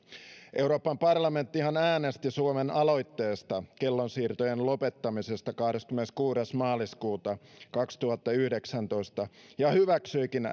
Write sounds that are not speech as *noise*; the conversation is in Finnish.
euroopan parlamenttihan äänesti suomen aloitteesta kellonsiirtojen lopettamisesta kahdeskymmeneskuudes maaliskuuta kaksituhattayhdeksäntoista ja hyväksyikin *unintelligible*